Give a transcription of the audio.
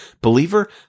Believer